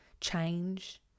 change